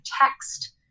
text